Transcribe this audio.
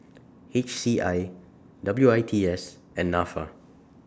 H C I W I T S and Nafa